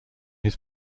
his